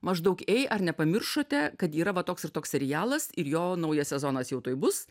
maždaug ei ar nepamiršote kad yra va toks ir toks serialas ir jo naujas sezonas jau tuoj bus